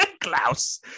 klaus